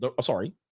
sorry